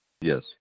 Yes